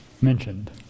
mentioned